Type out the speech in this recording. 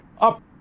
up